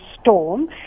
storm